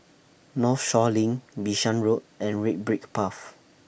Northshore LINK Bishan Road and Red Brick Path